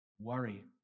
Worry